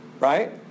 Right